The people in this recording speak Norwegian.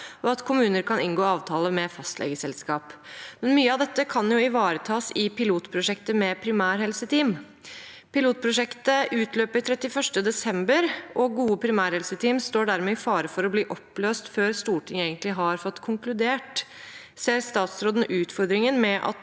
og at kommuner kan inngå avtale med fastlegeselskap. Mye av dette kan ivaretas i pilotprosjektet med primærhelseteam. Pilotprosjektet utløper 31. desember, og gode primærhelseteam står dermed i fare for å bli oppløst før Stortinget egentlig har fått konkludert. Ser statsråden utfordringen med at